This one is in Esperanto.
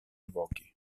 voki